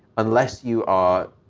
unless you are,